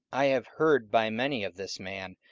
i have heard by many of this man,